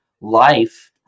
life